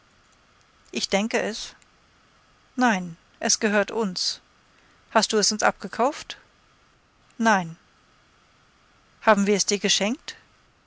ich denke es nein es gehört uns hast du es uns abgekauft nein haben wir es dir geschenkt